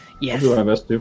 Yes